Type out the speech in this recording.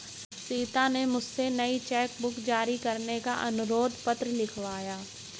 सीता ने मुझसे नई चेक बुक जारी करने का अनुरोध पत्र लिखवाया